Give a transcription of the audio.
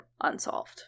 unsolved